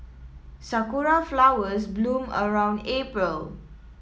sakura flowers bloom around April